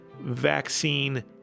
vaccine